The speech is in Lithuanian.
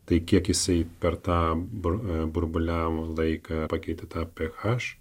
tai kiek jisai per tą brudą burbuliavo laiką pakeitė tą ph